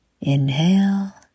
inhale